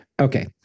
Okay